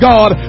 God